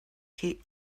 keep